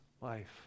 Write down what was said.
life